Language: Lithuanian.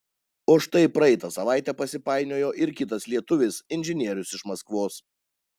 o štai praeitą savaitę pasipainiojo ir kitas lietuvis inžinierius iš maskvos